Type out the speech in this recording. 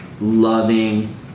loving